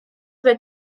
were